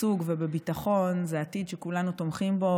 בשגשוג ובביטחון זה עתיד שכולנו תומכים בו,